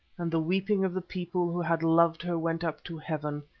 and the weeping of the people who had loved her went up to heaven.